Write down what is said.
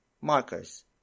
markers